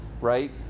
right